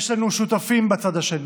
יש לנו שותפים בצד השני.